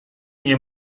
nie